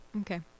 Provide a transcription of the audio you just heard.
Okay